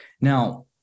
Now